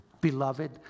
beloved